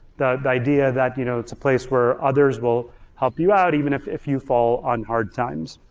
the idea that you know it's a place where others will help you out even if if you fall on hard times.